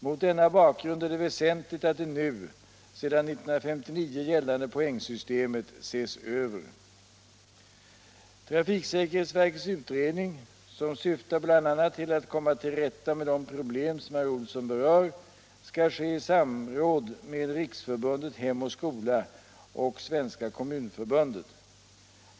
Mot denna bakgrund är det väsentligt att det nu, sedan 1959, gällande poängsystemet ses över. Trafiksäkerhetsverkets utredning — som syftar bl.a. till att komma till rätta med de problem som herr Olsson berör — skall ske i samråd med Riksförbundet Hem och Skola och Svenska kommunförbundet.